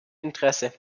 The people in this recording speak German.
interesse